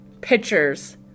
pictures